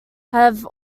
have